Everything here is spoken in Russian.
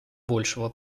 большего